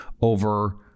over